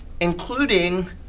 including